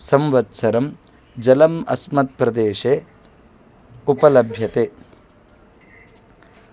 संवत्सरं जलम् अस्मत् प्रदेशे उपलभ्यते